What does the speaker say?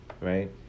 right